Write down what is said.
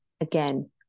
again